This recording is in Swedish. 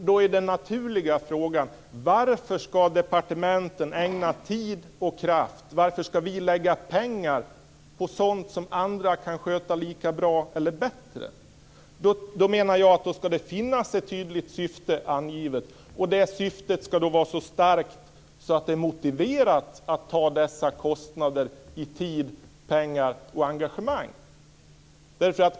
Då är den naturliga frågan: Varför skall departementen ägna tid och kraft och vi satsa pengar på sådant som andra kan sköta lika bra eller bättre? Jag menar att det skall finnas ett tydligt syfte angivet. Detta syfte skall vara så starkt att det motiverar att man tar dessa kostnader i tid, pengar och engagemang.